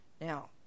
Now